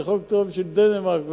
זה חוק טוב בשביל דנמרק ונורבגיה,